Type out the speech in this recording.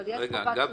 יש חובת סודיות.